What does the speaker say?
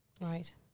Right